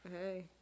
Hey